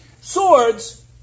Swords